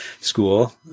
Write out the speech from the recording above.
school